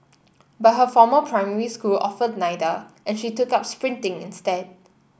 but her former primary school offered neither and she took up sprinting instead